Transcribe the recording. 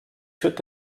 führt